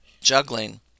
Juggling